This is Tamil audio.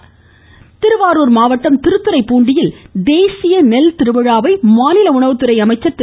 மமமமமம காமறுத் திருவாரூர் மாவட்டம் திருத்துறைப்பூண்டியில் தேசிய நெல் திருவிழாவை மாநில உணவுத்துறை அமைச்சர் திரு